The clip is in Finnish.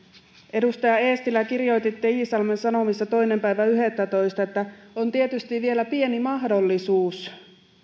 edustaja eestilä kirjoititte iisalmen sanomissa toinen yhdettätoista että on tietysti vielä pieni mahdollisuus